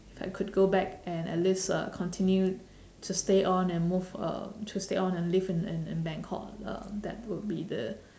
I could go back and at least uh continue to stay on and move uh to stay on and live in in in bangkok uh that would be the